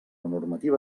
normativa